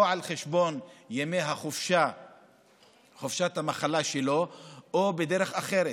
או על חשבון ימי חופשת המחלה שלו או בדרך אחרת.